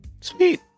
Sweet